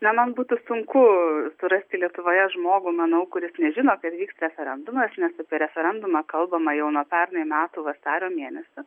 na man būtų sunku surasti lietuvoje žmogų manau kuris nežino kad vyksta referendumas nes apie referendumą kalbama jau nuo pernai metų vasario mėnesio